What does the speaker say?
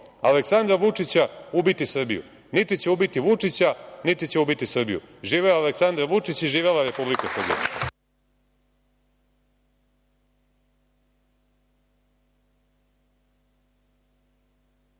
Aleksandra Vučića ubiti Srbiju. Niti će ubiti Vučića, niti će ubiti Srbiju. Živeo Aleksandar Vučić i živela Republika Srbija.